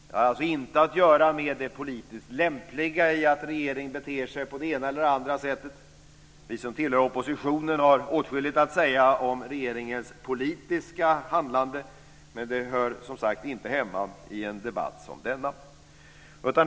Det har alltså inte att göra med det politiskt lämpliga i att regeringen beter sig på det ena eller andra sättet. Vi som tillhör oppositionen har åtskilligt att säga om regeringens politiska handlande, men det hör som sagt inte hemma i en debatt som denna.